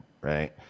right